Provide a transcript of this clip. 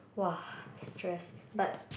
!wah! stressed but